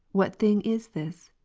what thing is this?